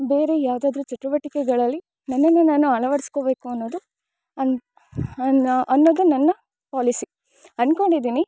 ಬೇರೆ ಯಾವುದಾದ್ರು ಚಟುವಟಿಕೆಗಳಲ್ಲಿ ನನ್ನನ್ನು ನಾನು ಅಳವಡಿಸ್ಕೋಬೇಕು ಅನ್ನೊದು ಅನ್ ಅನ ಅನ್ನೊದು ನನ್ನ ಪಾಲಿಸಿ ಅನ್ಕೊಂಡಿದಿನಿ